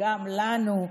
גם לנו,